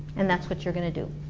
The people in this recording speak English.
and that's what you're gonna do